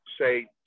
say